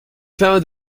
found